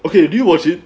okay do you watch it